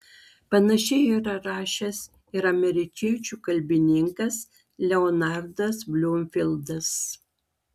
panašiai yra rašęs ir amerikiečių kalbininkas leonardas blumfildas